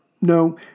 No